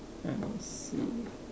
let me see